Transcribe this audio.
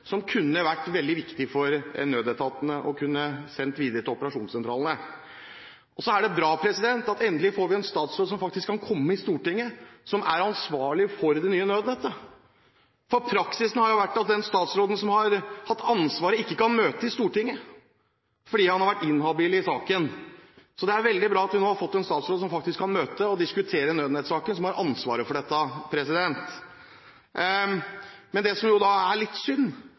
er ansvarlig for det nye nødnettet, og som faktisk kan komme til Stortinget. Praksisen har jo vært at den statsråden som har hatt ansvaret, ikke kan møte i Stortinget fordi han har vært inhabil i saken. Det er veldig bra at vi nå har fått en statsråd som faktisk kan møte og diskutere nødnettsaken, og som har ansvaret for dette. Men det som er litt synd,